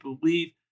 believe